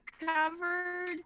covered